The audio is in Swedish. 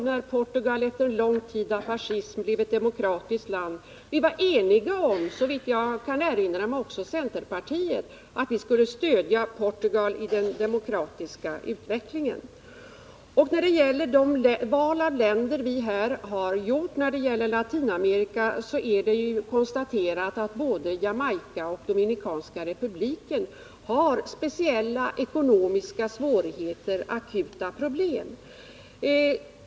När detta land efter en lång tid av fascism blev demokratiskt, var vi eniga om — även centerpartiet, såvitt jag kan erinra mig — att Sverige skulle stödja Portugal i dess demokratiska utveckling. När det gäller vårt val av länder i Latinamerika är det konstaterat att både Jamaica och Dominikanska republiken har speciella ekonomiska svårigheter och akuta problem.